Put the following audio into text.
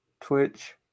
Twitch